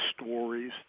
stories